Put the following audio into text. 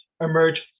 emerge